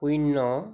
শূন্য